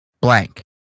blank